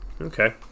Okay